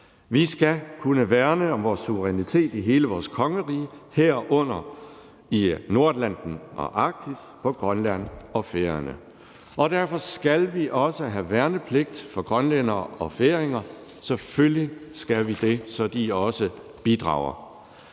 Vi skal kunne værne om vores suverænitet i hele vores kongerige, herunder i Nordatlanten og Arktis, på Grønland og Færøerne, og derfor skal vi også have værnepligt for grønlændere og færinger; selvfølgelig skal vi det, så de også bidrager.